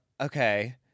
okay